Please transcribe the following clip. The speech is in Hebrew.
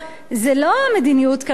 זאת לא מדיניות כלכלית,